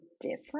different